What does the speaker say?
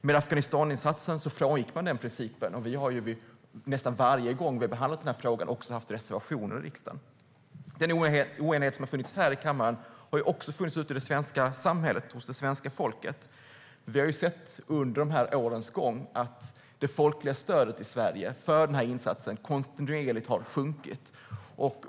Med Afghanistaninsatsen frångick man den principen, och vi har också nästan varje gång den här frågan behandlats i riksdagen haft reservationer. Den oenighet som har funnits här i kammaren har också funnits ute i samhället, hos svenska folket. Vi har sett under de här årens gång att det folkliga stödet i Sverige för insatsen kontinuerligt har sjunkit.